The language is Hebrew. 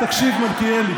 תקשיב, מלכיאלי.